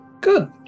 Good